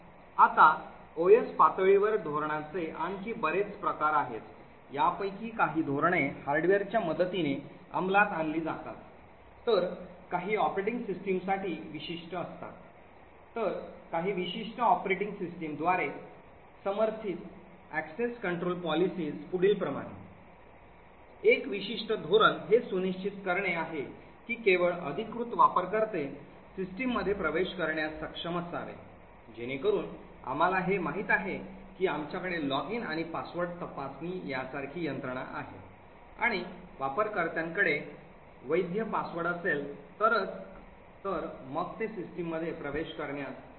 आता OS पातळीवर धोरणाचे आणखी बरेच प्रकार आहेत यापैकी काही धोरणे हार्डवेअरच्या मदतीने अंमलात आणली जातात तर काही ऑपरेटिंग सिस्टमसाठी विशिष्ट असतात तर काही विशिष्ट ऑपरेटिंग सिस्टमद्वारे समर्थित access control policies पुढीलप्रमाणे एक विशिष्ट धोरण हे सुनिश्चित करणे आहे की केवळ अधिकृत वापरकर्ते सिस्टममध्ये प्रवेश करण्यास सक्षम असावे जेणेकरून आम्हाला हे माहित आहे की आमच्याकडे लॉगिन आणि पासवर्ड तपासणी यासारखी यंत्रणा आहे आणि वापरकर्त्यांकडे वैध पासवर्ड असेल तरच तर मग ते सिस्टममध्ये प्रवेश करण्यास सक्षम असतील